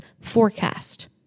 forecast